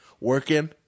Working